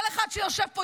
כל אחד שיושב פה,